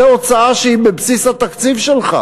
זו הוצאה שהיא בבסיס התקציב שלך,